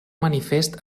manifest